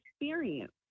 experience